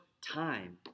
time